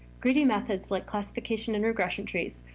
greedy methods like classification and regression trees,